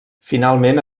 finalment